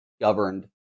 governed